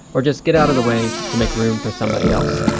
or just get out of the way to make room for somebody else.